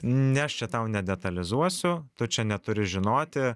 ne aš čia tau nedetalizuosiu tu čia neturi žinoti